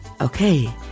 Okay